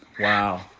wow